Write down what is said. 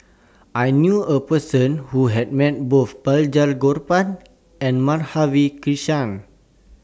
I knew A Person Who has Met Both Balraj Gopal and Madhavi Krishnan